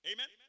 Amen